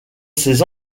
ses